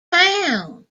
town